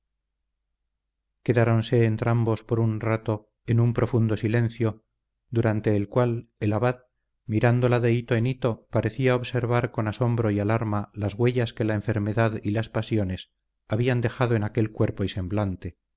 quedáronse entrambos por un rato en un profundo silencio durante el cual el abad mirándola de hito en hito parecía observar con asombro y alarma las huellas que la enfermedad y las pasiones habían dejado en aquel cuerpo y semblante